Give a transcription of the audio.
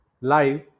live